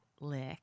lick